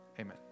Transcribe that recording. amen